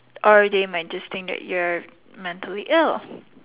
or they might just think that you are mentally ill